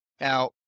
Now